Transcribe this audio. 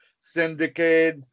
Syndicate